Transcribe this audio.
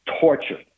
torture